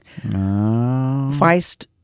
Feist